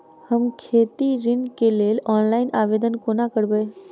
हम खेती ऋण केँ लेल ऑनलाइन आवेदन कोना करबै?